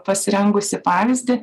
pasirengusi pavyzdį